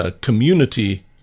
community